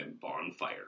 bonfire